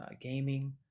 gaming